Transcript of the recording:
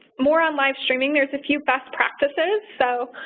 more on live streaming. there's a few best practices. so,